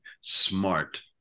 smart